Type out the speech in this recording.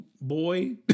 boy